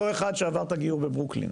אותו אחד שעבר את הגיור בברוקלין,